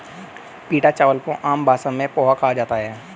पीटा चावल को आम भाषा में पोहा कहा जाता है